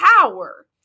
power